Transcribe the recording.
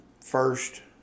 first